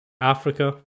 Africa